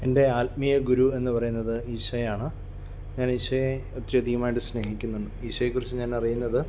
എൻ്റെ ആത്മീയ ഗുരു എന്ന് പറയുന്നത് ഈശോ ആണ് ഞാൻ ഈശോയെ ഒത്തിരി അധികമായിട്ട് സ്നേഹിക്കുന്നുണ്ട് ഈശോയെ കുറിച്ച് ഞാൻ അറിയുന്നത്